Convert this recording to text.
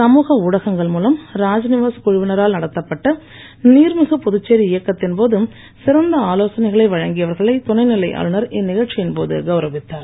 சமூக ஊடகங்கள் மூலம் ராத்நிவாஸ் குழுவினரால் நடத்தப்பட்ட நீர்மிகு புதுச்சேரி இயக்கத்தின் போது சிறந்த ஆலோசனைகளை வழங்கியவர்களை துணைநிலை ஆளுநர் இந்நிகழ்ச்சியின் போது கவுரவித்தார்